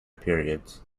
periods